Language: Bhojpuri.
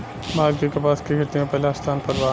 भारत के कपास के खेती में पहिला स्थान पर बा